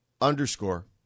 underscore